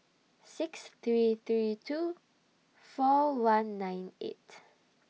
six three three two four one nine eight